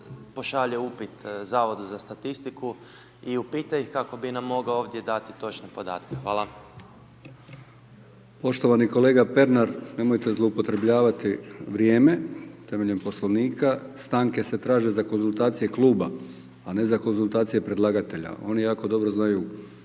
pošalje upit Zavodu za statistiku i upita ih kako bi nam mogao ovdje dati točne podatke. Hvala. **Brkić, Milijan (HDZ)** Poštovani kolega Pernar, nemojte zloupotrjebljavati vrijeme temeljem Poslovnika. Stanke se traže za konzultacije kluba a ne za konzultacije predlagatelja. Oni jako dobro znaju